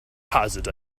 hazard